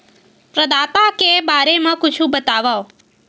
प्रदाता के बारे मा कुछु बतावव?